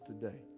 today